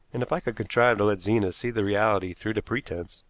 and if i could contrive to let zena see the reality through the pretense,